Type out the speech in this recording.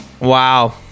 Wow